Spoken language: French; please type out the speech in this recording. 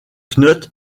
knuth